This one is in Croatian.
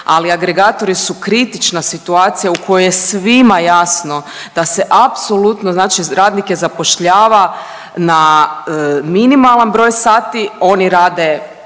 ali agregatori su kritična situacija u kojoj je svima jasno da se apsolutno znači radnike zapošljava na minimalan broj sati, oni rade